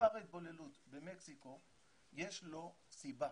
לאחוז ההתבוללות במקסיקו יש סיבה,